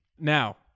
Now